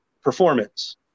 performance